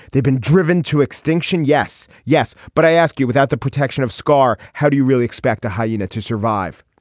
they've been driven to extinction. yes. yes. but i ask you without the protection of scar. how do you really expect a hyena to survive.